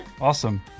Awesome